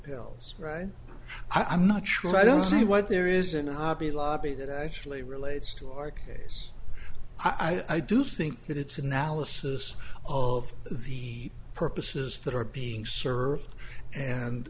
pills right i'm not sure i don't see why there isn't a hobby lobby that actually relates to our case i do think that it's an analysis of the purposes that are being served and